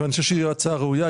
הצעה ראויה.